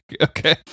okay